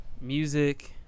Music